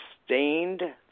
sustained